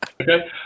Okay